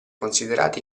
considerati